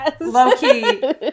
low-key